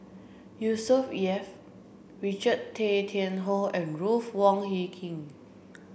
Yusnor Ef Richard Tay Tian Hoe and Ruth Wong Hie King